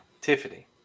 Tiffany